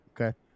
Okay